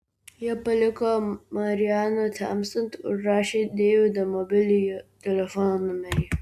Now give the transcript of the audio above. jie paliko marianą temstant užrašę deivido mobiliojo telefono numerį